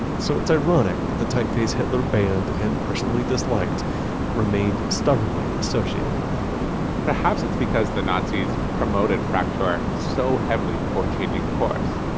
so it's ironic that the typeface hitler banned and personally disliked remained stubbornly associated with them perhaps it's because the nazis promoted fraktur so heavily before changing course,